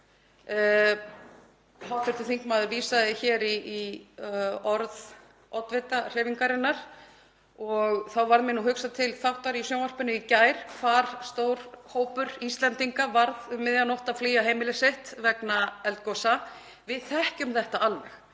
betra. Hv. þingmaður vísaði hér í orð oddvita hreyfingarinnar og þá varð mér hugsað til þáttar í sjónvarpinu í gær hvar stór hópur Íslendinga varð um miðja nótt að flýja heimili sitt vegna eldgosa. Við þekkjum þetta alveg.